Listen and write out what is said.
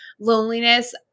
loneliness